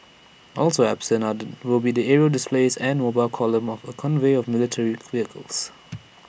also absent will be the aerial displays and mobile column of A convoy of military vehicles